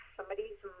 somebody's